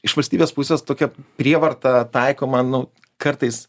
iš valstybės pusės tokia prievarta taikoma nu kartais